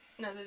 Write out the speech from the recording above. No